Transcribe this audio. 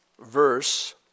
verse